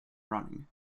running